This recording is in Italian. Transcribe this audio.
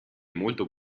molto